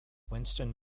winston